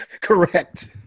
Correct